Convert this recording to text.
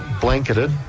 blanketed